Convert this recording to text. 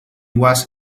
was